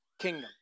kingdom